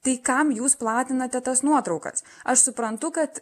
tai kam jūs platinate tas nuotraukas aš suprantu kad